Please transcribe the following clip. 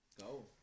Go